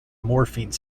morphine